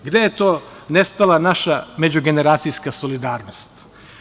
Gde je to nestala naša međugeneracijska solidarnost?